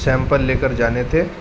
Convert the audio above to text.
sample لے کر جانے تھے